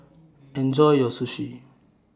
Enjoy your Sushi